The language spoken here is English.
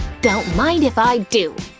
don't mind if i do!